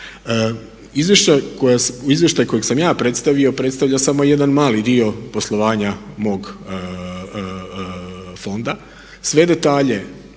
Izvještaj kojeg sam ja predstavio predstavlja samo jedan mali dio poslovanja mog fonda. Sve detalje,